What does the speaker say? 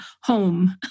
home